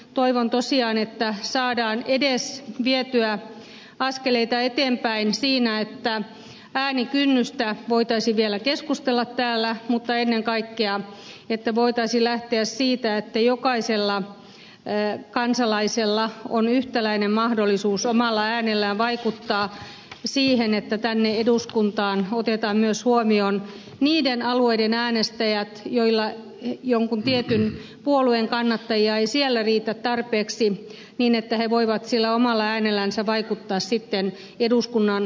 toivon tosiaan että saadaan edes vietyä askeleita eteenpäin siinä että äänikynnyksestä voitaisiin vielä keskustella täällä mutta ennen kaikkea että voitaisiin lähteä siitä että jokaisella kansalaisella on yhtäläinen mahdollisuus omalla äänellään vaikuttaa siihen että täällä eduskunnassa otetaan huomioon äänestäjät myös niillä alueilla joilla jonkin tietyn puolueen kannattajia ei riitä tarpeeksi niin että he voivat omalla äänellänsä sitten vaikuttaa eduskunnan kokonaiskokoonpanoon